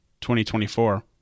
2024